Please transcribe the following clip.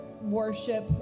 worship